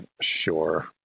Sure